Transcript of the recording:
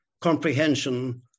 comprehension